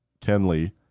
Kenley